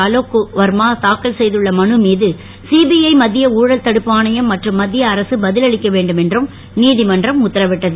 அலோக் குமார் தாக்கல் செய்துள்ள மனு மீது சிபிஐ மத்திய ஊழல் தடுப்பு ஆணையம் மற்றும் மத்திய அரசு பதில் அளிக்க வேண்டுமென்றும் நீதிமன்றம் உத்தரவிட்டது